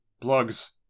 Plugs